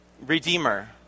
redeemer